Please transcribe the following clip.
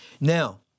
Now